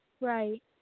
Right